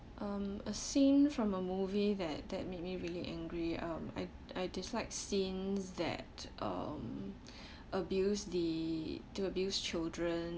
um a scene from a movie that that made me really angry um I I dislike scenes that um abuse the to abuse children